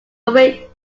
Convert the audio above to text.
away